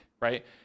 right